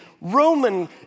Roman